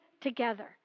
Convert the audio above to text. together